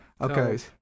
Okay